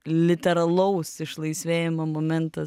literalaus išlaisvėjimo momentas